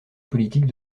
politiques